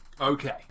okay